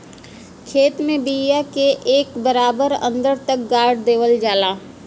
खेत में बिया के एक बराबर अन्दर तक गाड़ देवल जाला